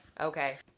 Okay